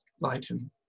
lighten